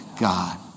God